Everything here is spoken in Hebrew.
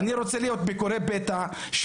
אני רוצה ביקורי פתע.